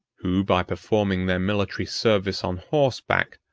who, by performing their military service on horseback,